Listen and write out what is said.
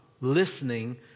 listening